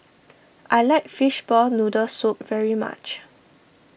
I like Fishball Noodle Soup very much